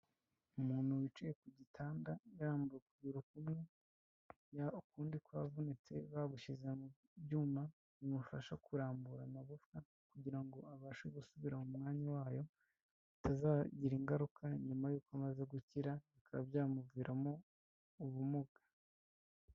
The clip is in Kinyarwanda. Umuntu wicaye ku gitanda arambuye ukuguru kumwe ya ukundi kwavunitse, bamushyize mu byuma bimufasha kurambura amagufa kugira ngo abashe gusubira mu mwanya wayo, bitazagira ingaruka nyuma y'uko amaze gukira, bikaba byamuviramo ubumuga.